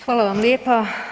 Hvala vam lijepa.